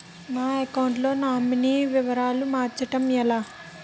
నా అకౌంట్ లో నామినీ వివరాలు మార్చటం ఎలా?